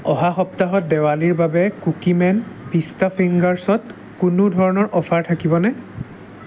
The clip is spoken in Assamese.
অহা সপ্তাহত দেৱালীৰ বাবে কুকিমেন পিষ্টা ফিংগাৰছত কোনো ধৰণৰ অফাৰ থাকিব নে